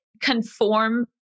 conform